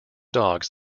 dogs